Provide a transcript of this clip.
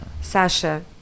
Sasha